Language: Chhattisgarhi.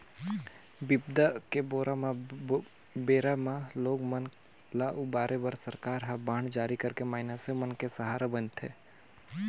बिबदा के बेरा म बेरा म लोग मन के ल उबारे बर सरकार ह बांड जारी करके मइनसे मन के सहारा बनथे